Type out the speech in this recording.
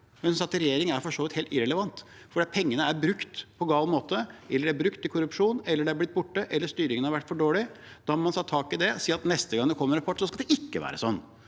i regjering, er for så vidt helt irrelevant, for pengene er brukt på gal måte, brukt til korrupsjon eller blitt borte, eller styringen har vært for dårlig. Da må man ta tak i det og si at neste gang det kommer en rapport, skal det ikke være sånn.